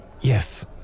Yes